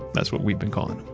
that's what we've been calling.